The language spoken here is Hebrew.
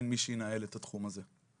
אין מי שינהל את התחום הזה,